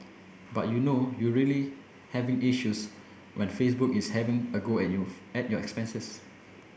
but you know you really having issues when even Facebook is having a go at youth at your expenses